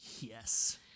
Yes